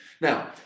Now